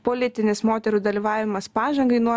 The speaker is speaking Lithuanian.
politinis moterų dalyvavimas pažangai nuo